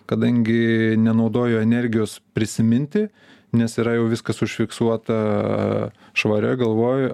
kadangi nenaudoju energijos prisiminti nes yra jau viskas užfiksuota švarioj galvoj